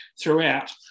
throughout